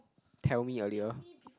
tell me earlier